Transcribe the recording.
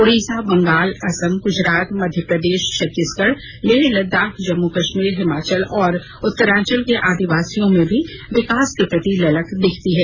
उड़ीसा बंगाल असम गुजरात मध्य प्रदेश छत्तीसगढ़ लेह लद्दाख जम्मू कश्मीर हिमाचल और उत्तरांचल के आदिवासियों में भी विकास के प्रति ललक दिखती है